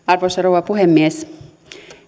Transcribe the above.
arvoisa rouva puhemies